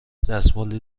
دستمالی